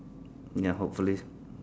ya hopefully